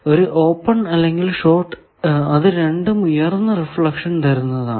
ഒരു ഓപ്പൺ അല്ലെങ്കിൽ ഷോർട് അത് രണ്ടും ഉയർന്ന റിഫ്ലക്ഷൻ തരുന്നതാണ്